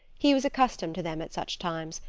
he was accustomed to them at such times,